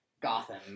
Gotham